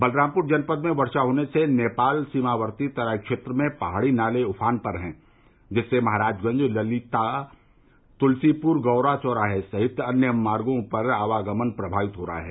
बलरामपुर जनपद में वर्षा होने से नेपाल सीमावर्ती तराई क्षेत्र में पहाड़ी नाले उफान पर हैं जिससे महराजगंज ललिया तुलसीपुर गौरा चौराहा सहित अन्य मार्गो पर आवागमन प्रभावित हो रहा है